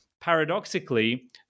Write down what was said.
paradoxically